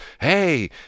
Hey